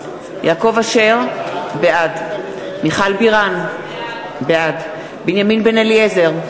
בעד מיכל בירן, בעד בנימין בן-אליעזר,